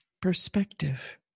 Perspective